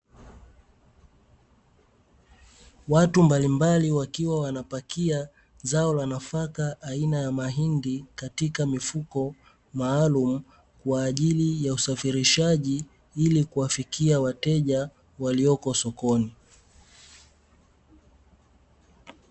Watu mbalimbali wakiwa wanapakia zao la nafaka aina ya mahindi katika mifuko maalumu kwa ajili ya usafirishaji ili kuwafikia wateja walioko sokoni.